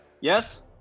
Yes